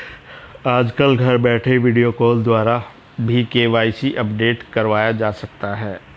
आजकल घर बैठे वीडियो कॉल द्वारा भी के.वाई.सी अपडेट करवाया जा सकता है